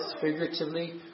figuratively